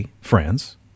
France